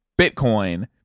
Bitcoin